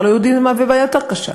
במגזר הלא-יהודי זה מהווה בעיה יותר קשה.